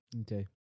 Okay